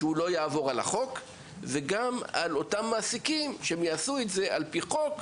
שלא יעבור על החוק וגם על אותם מעסיקים שיעסיקו על פי י החוק,